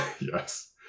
Yes